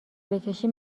بکشی